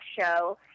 show